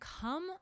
come